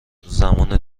زمان